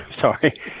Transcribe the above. sorry